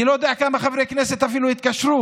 אני לא יודע כמה מחברי הכנסת אפילו התקשרו